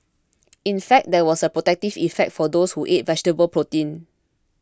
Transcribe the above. in fact there was a protective effect for those who ate vegetable protein